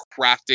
crafting